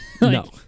No